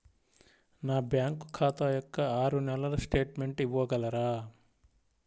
నా బ్యాంకు ఖాతా యొక్క ఆరు నెలల స్టేట్మెంట్ ఇవ్వగలరా?